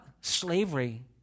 slavery